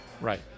Right